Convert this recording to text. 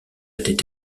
étaient